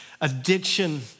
addiction